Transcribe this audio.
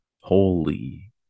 Holy